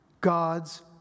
God's